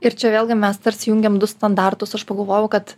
ir čia vėlgi mes tarsi jungiam du standartus aš pagalvojau kad